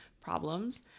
problems